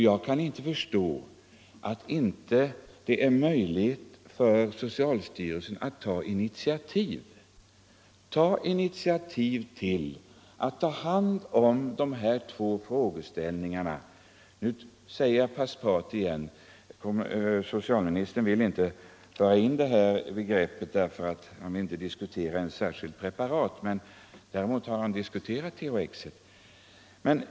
Jag kan inte förstå att det inte skulle vara möjligt för socialstyrelsen att ta något initiativ för att lösa den frågan. Nu nämner jag Paspat igen. Socialministern vill inte diskutera ett särskilt preparat, säger han, men han har ju diskuterat THX.